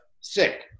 sick